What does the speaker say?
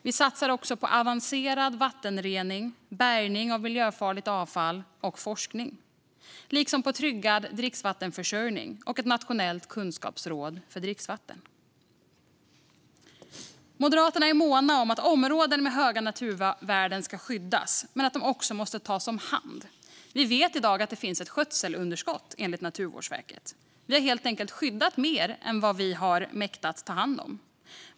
Vi satsar också på avancerad vattenrening, bärgning av miljöfarligt avfall samt forskning, liksom på en tryggad dricksvattenförsörjning och ett nationellt kunskapsråd för dricksvatten. Moderaterna är måna om att områden med höga naturvärden ska skyddas men att de också måste tas om hand. Det finns ett skötselunderskott i dag, enligt Naturvårdsverket. Vi har helt enkelt skyddat mer än vad vi mäktat med att ta hand om.